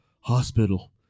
Hospital